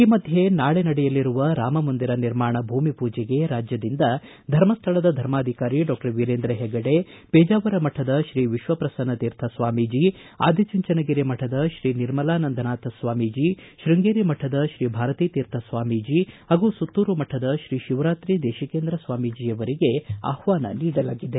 ಈ ಮಧ್ಯೆ ನಾಳೆ ನಡೆಯಲಿರುವ ರಾಮಮಂದಿರ ನಿರ್ಮಾಣ ಭೂಮಿ ಪೂಜೆಗೆ ರಾಜ್ಯದಿಂದ ಧರ್ಮಸ್ಥಳದ ಧರ್ಮಾಧಿಕಾರಿ ಡಾಕ್ಟರ್ ವಿರೇಂದ್ರ ಪೆಗ್ಗಡೆ ಪೇಜಾವರ ಮಠದ ಶ್ರೀ ವಿಶ್ವಪ್ರಸನ್ನ ತೀರ್ಥ ಸ್ವಾಮೀಜಿ ಆದಿಚುಂಚನಗಿರಿ ಮಠದ ಶ್ರೀ ನಿರ್ಮಲಾನಂದನಾಥ ಸ್ವಾಮೀಜಿ ಶೃಂಗೇರಿ ಮಠದ ಭಾರತೀ ತೀರ್ಥ ಸ್ವಾಮೀಜಿ ಹಾಗೂ ಸುತ್ತೂರು ಮಠದ ಶಿವರಾತ್ರೀ ದೇಶಿಕೇಂದ್ರ ಸ್ವಾಮೀಜೆ ಅವರಿಗೆ ಆಹ್ವಾನ ನೀಡಲಾಗಿದೆ